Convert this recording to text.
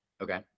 Okay